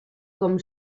com